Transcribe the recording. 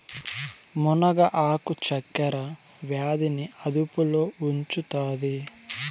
మునగ ఆకు చక్కర వ్యాధి ని అదుపులో ఉంచుతాది